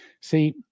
See